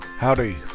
Howdy